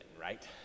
right